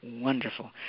Wonderful